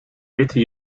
witte